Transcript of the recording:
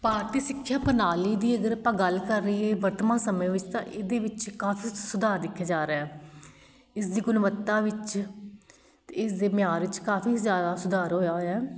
ਭਾਰਤੀ ਸਿੱਖਿਆ ਪ੍ਰਣਾਲੀ ਦੀ ਅਗਰ ਆਪਾਂ ਗੱਲ ਕਰ ਲਈਏ ਵਰਤਮਾਨ ਸਮੇਂ ਵਿੱਚ ਤਾਂ ਇੱਹਦੇ ਵਿੱਚ ਕਾਫੀ ਸ ਸੁਧਾਰ ਦੇਖਿਆ ਜਾ ਰਿਹਾ ਇੱਸਦੀ ਗੁਣਵੱਤਾ ਵਿੱਚ ਅਤੇ ਇੱਸਦੇ ਮਿਆਰ ਵਿੱਚ ਕਾਫੀ ਜ਼ਿਆਦਾ ਸੁਧਾਰ ਹੋਇਆ ਹੋਇਆ ਹੈ